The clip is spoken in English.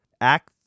act